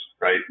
right